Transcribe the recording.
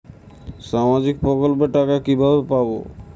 সামাজিক প্রকল্পের টাকা কিভাবে পাব?